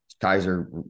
Kaiser